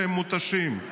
שהם מותשים.